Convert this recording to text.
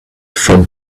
from